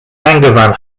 angevin